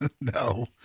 No